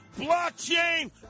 Blockchain